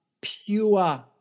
pure